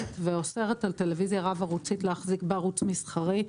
ואוסרת על טלוויזיה רב-ערוצית להחזיק בערוץ מסחרי.